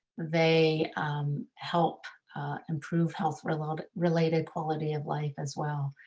they help improve health related related quality of life as well.